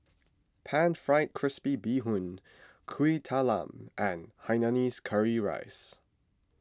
Pan Fried Crispy Bee Hoon Kueh Talam and Hainanese Curry Rice